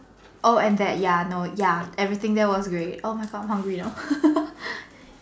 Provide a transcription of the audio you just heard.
oh and that ya no ya everything there was great oh my God I'm hungry now